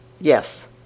Yes